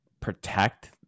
protect